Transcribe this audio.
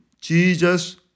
Jesus